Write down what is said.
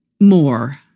More